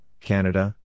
Canada